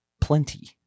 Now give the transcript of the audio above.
Plenty